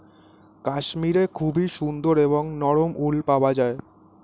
কাশ্মীরে খুবই সুন্দর এবং নরম উল পাওয়া যায়